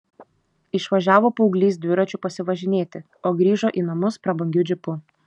išvažiavo paauglys dviračiu pasivažinėti o grįžo į namus prabangiu džipu